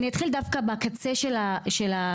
אתחיל דווקא בקצה של השרשרת.